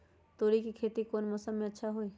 तोड़ी के खेती कौन मौसम में अच्छा होई?